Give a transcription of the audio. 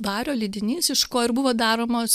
vario lydinys iš ko ir buvo daromos